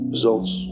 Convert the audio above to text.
Results